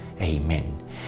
Amen